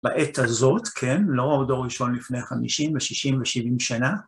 בעת הזאת, כן, לא דור ראשון לפני 50 ו-60 ו-70 שנה.